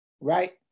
right